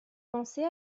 pensez